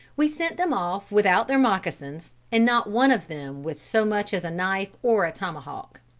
we sent them off without their mocassins, and not one of them with so much as a knife or a tomahawk.